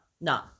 No